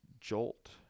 jolt